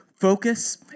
focus